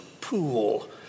pool